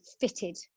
fitted